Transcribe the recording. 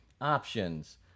options